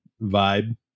vibe